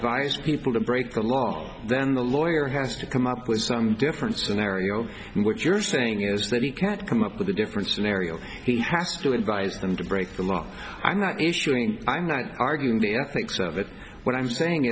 te people to break the law then the lawyer has to come up with some different scenario than what you're saying is that he can't come up with a different scenario he has to advise them to break the law i'm not insuring i'm not arguing the ethics of it what i'm saying